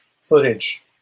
footage